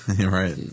Right